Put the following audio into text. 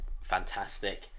fantastic